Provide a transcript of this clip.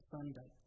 Sunday